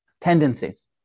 tendencies